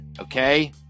Okay